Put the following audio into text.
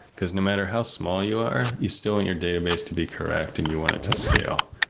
because no matter how small you are, you still want your database to be correct and you want it to scale,